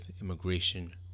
immigration